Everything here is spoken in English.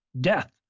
death